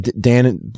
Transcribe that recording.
Dan